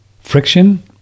friction